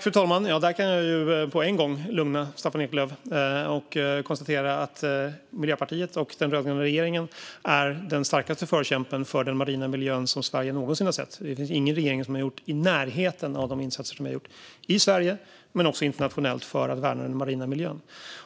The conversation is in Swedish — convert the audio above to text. Fru talman! Jag kan på en gång lugna Staffan Eklöf och konstatera att Miljöpartiet och den rödgröna regeringen är den starkaste förkämpen för den marina miljön som Sverige någonsin har sett. Det finns ingen regering som har gjort i närheten av de insatser som vi har gjort i Sverige och internationellt för att värna den marina miljön.